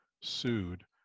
sued